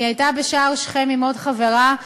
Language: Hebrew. היא הייתה בשער שכם עם עוד חברה.